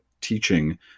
teaching